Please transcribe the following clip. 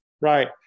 Right